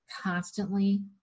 constantly